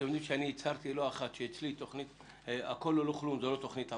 אתם יודעים שהצהרתי לא אחת שאצלי הכול או לא כלום זה לא תוכנית עבודה,